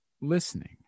listening